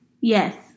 Yes